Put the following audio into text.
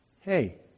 hey